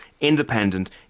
independent